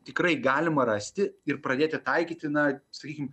tikrai galima rasti ir pradėti taikyti na sakykim